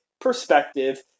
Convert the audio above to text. perspective